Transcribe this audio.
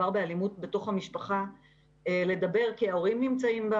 לדבר במיוחד כאשר מדובר באלימות במשפחה כי ההורים בסביבה.